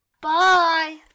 Bye